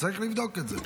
צריך לבדוק את זה.